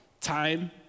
time